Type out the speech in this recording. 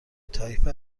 تایپه